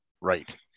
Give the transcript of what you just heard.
right